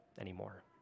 anymore